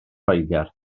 loegr